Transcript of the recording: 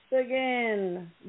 again